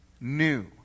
new